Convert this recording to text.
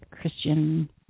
Christian